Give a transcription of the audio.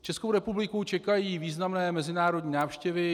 Českou republiku čekají významné mezinárodní návštěvy.